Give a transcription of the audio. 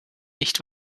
nicht